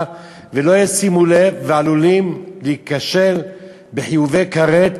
ולא ישימו לב ועלולים להיכשל בחיובי כרת,